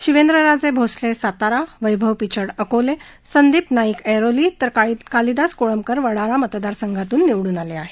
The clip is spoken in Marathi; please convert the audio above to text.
शिवेंद्रराजे भोसले साताऱा वैभव पिचड अकोले संदीप नाईक ऐरोली तर कालिदास कोळंबकर वडाळा मतदारसंघातून निवडून आले आहेत